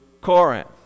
Corinth